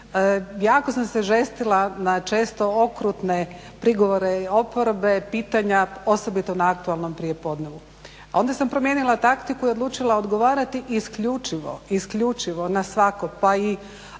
jako sam se žestila na često okrutne prigovore oporbe, pitanja, osobito na aktualnom prijepodnevu. A onda sam promijenila taktiku i odlučila odgovarati isključivo na svako pa i